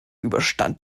überstand